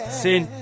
sin